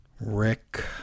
Rick